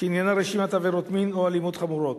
שעניינה רשימת עבירות מין או אלימות חמורות.